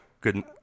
good